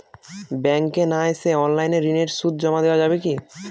ব্যাংকে না এসে অনলাইনে ঋণের সুদ জমা দেওয়া যাবে কি?